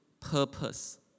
purpose